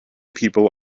people